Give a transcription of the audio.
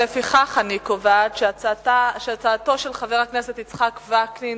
לפיכך אני קובעת שהצעתו של חבר הכנסת יצחק וקנין